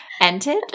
ended